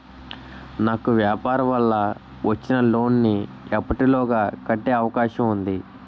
నాకు వ్యాపార వల్ల వచ్చిన లోన్ నీ ఎప్పటిలోగా కట్టే అవకాశం ఉంది?